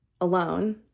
alone